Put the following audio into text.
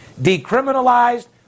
decriminalized